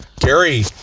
Gary